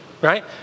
right